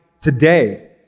today